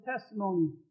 testimony